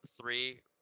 Three